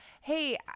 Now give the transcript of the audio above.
hey